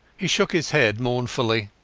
he shook his head mournfully.